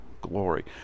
glory